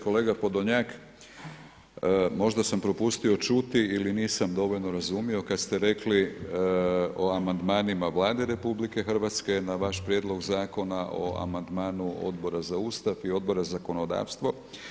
Kolega Podlonjak, možda sam propustio čuti ili nisam dovoljno razumio kada ste rekli o amandmanima Vlade RH na vaš prijedlog zakona o amandmanu Odbora za Ustav i Odbora za zakonodavstvo.